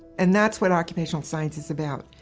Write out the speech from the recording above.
and that's what occupational science is about,